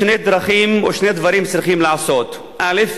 שתי דרכים או שני דברים צריכים לעשות: א.